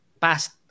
past